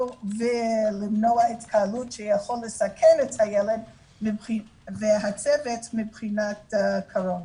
ולמנוע התקהלות שיכולה לסכן את הילד והצוות מבחינת הקורונה.